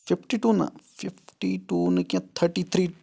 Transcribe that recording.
fifty two نہٕ fifty two نہٕ کیٚنٛہہ تھٔٹی تھری